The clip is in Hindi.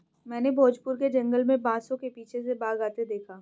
मैंने भोजपुर के जंगल में बांसों के पीछे से बाघ आते देखा